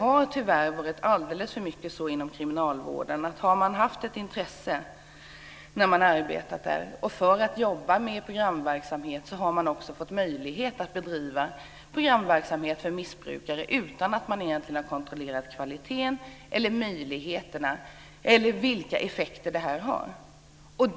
Om en anställd inom Kriminalvården har visat intresse för att jobba med programverksamhet för missbrukare har han eller hon fått möjlighet att göra det utan att kvaliteten eller effekterna egentligen har kontrollerats. Det har tyvärr förekommit alldeles för ofta inom kriminalvården.